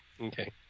Okay